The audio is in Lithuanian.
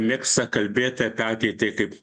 mėgsta kalbėt apie ateitį kaip